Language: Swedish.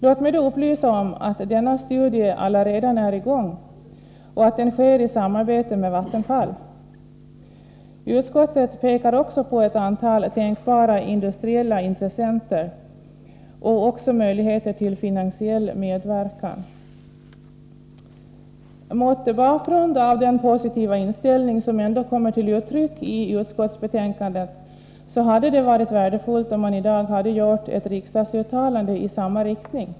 Låt mig då upplysa om att denna studie allaredan är i gång och att den sker i samarbete med Vattenfall. Utskottet pekar också på ett antal tänkbara industriella intressenter och också möjligheter till finansiell medverkan. Mot bakgrund av den positiva inställning som ändå kommer till uttryck i utskottsbetänkandet hade det varit värdefullt om riksdagen i dag hade gjort ett uttalande i samma riktning.